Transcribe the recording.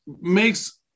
makes